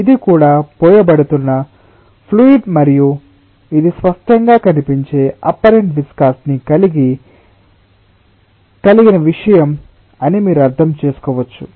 ఇది కూడా పోయబడుతున్న ఫ్లూయిడ్ మరియు ఇది స్పష్టంగా కనిపించే అప్పరెంట్ విస్కాసిటి ని కలిగిన విషయం అని మీరు అర్ధం చేసుకోవచ్చు